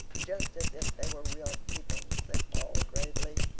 just as if they were real people, said paul gravely.